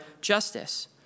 justice